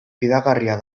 fidagarria